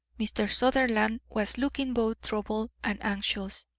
mr. sutherland was looking both troubled and anxious